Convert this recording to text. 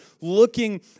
looking